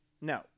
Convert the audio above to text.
No